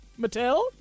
Mattel